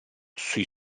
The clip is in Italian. sui